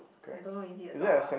I don't know is it a door ah